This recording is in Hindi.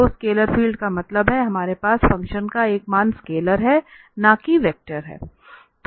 तो स्केलर फील्ड का मतलब है हमारे पास फ़ंक्शन का मान स्केलर है न कि वेक्टर है